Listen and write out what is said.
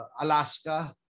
Alaska